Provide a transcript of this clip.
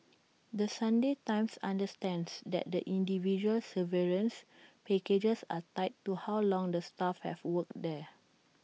the Sunday times understands that the individual severance packages are tied to how long the staff have worked there